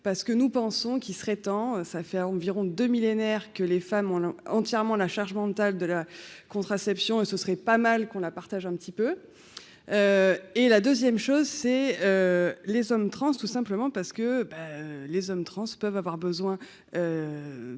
parce que nous pensons qu'il serait temps, ça fait environ 2 millénaire que les femmes ont entièrement la charge mentale de la contraception et ce serait pas mal qu'on la partage un petit peu et la 2ème chose c'est les hommes, transe, tout simplement parce que les hommes transe peuvent avoir besoin